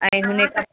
ऐं उन खां